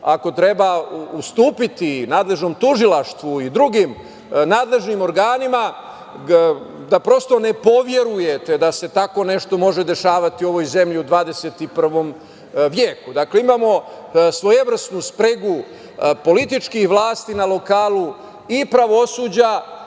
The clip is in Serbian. ako treba, ustupiti nadležnom tužilaštvu i drugim nadležnim organima, da prosto ne poverujete da se tako nešto može dešavati u ovoj zemlji u 21. veku. Imamo svojevrsnu spregu političkih vlasti na lokalu i pravosuđa,